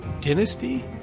dynasty